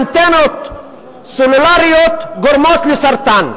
אנטנות סלולריות גורמות לסרטן,